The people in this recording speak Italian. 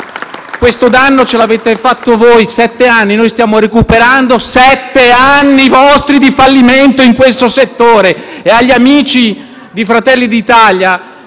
Questo danno ce l'avete fatto voi per sette anni. Noi stiamo recuperando sette anni di vostri fallimenti in questo settore. Agli amici di Fratelli d'Italia